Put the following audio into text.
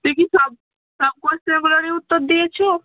তুই কি সব সব কোশ্চেনগুলোরই উত্তর